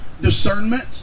discernment